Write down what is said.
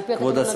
על-פי התקנון.